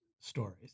stories